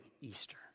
Easter